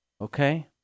okay